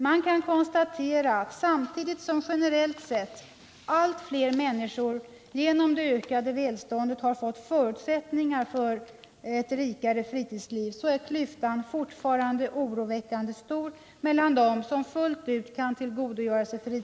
Vi kan konstatera att generellt sett allt fler människor genom det ökade välståndet har fått förutsättningar för ett rikare fritidsliv. Fritiden betyder för många en tid som ger ökade möjligheter att bl.a. arbeta i demokratisk samverkan i organisationslivet. Genom barnoch ungdomsorganisationernas verksamheter kan barnens utveckling till demokratiska människor främjas.